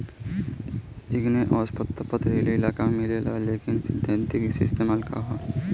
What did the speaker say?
Igneous पत्थर पथरीली इलाका में मिलेला लेकिन एकर सैद्धांतिक इस्तेमाल का ह?